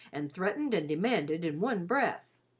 and threatened and demanded in one breath.